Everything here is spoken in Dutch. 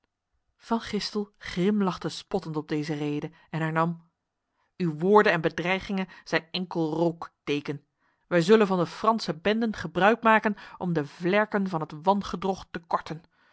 van gistel grimlachte spottend op deze rede en hernam uw woorden en bedreigingen zijn enkel rook deken wij zullen van de franse benden gebruik maken om de vlerken van het wangedrocht te korten